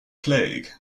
plague